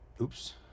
Oops